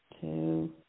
two